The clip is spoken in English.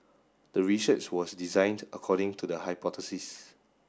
the research was designed according to the hypothesis